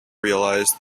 realise